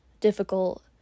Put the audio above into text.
difficult